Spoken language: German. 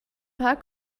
paar